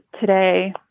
today